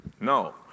No